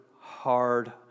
hard